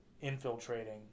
infiltrating